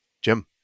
Jim